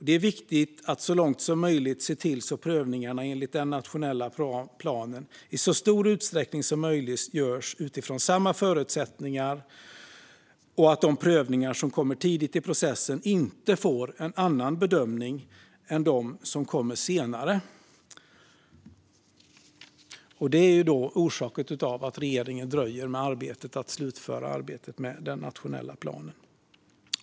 Det är viktigt att se till att prövningarna enligt den nationella planen i så stor utsträckning som möjligt görs utifrån samma förutsättningar och att de prövningar som kommer tidigt i processen inte får en annan bedömning än de som kommer senare, orsakat av att regeringen dröjer med att slutföra arbetet med den nationella planen.